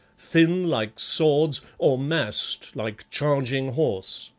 thin like swords, or massed like charging horse.